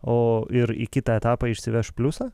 o ir į kitą etapą išsiveš pliusą